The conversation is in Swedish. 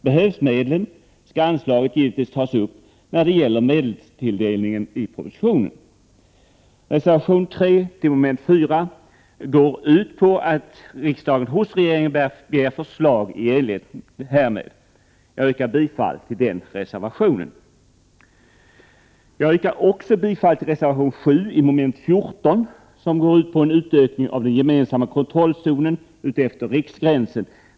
Behövs medlen, skall anslaget givetvis tas upp i medelstilldelningen i propositionen. Reservation 3, som avser mom. 4, går ut på att riksdagen hos regeringen skall begära förslag i enlighet härmed. Jag yrkar bifall till reservation 3. Jag yrkar också bifall till reservation 7, som avser mom. 14. Den går ut på en utökning av den gemensamma kontrollzonen utefter riksgränsen.